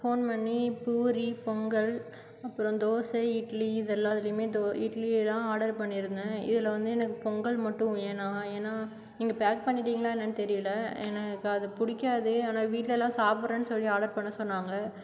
phone பண்ணி பூரி பொங்கல் அப்புறம் தோசை இட்லி இதில் எதுவுமே இட்லி எல்லாம் ஆர்டர் பண்ணிருந்தேன் இதில் வந்து எனக்கு பொங்கல் மட்டும் வேணாம் ஏன்னா நீங்கள் பேக் பண்ணிவிட்டிங்களா என்னன்னு தெரியலை எனக்கு அது பிடிக்காது ஆனால் வீட்டில் எல்லாம் சாப்புட்றேன் சொல்லி ஆர்டர் பண்ண சொன்னாங்க